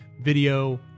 Video